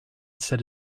set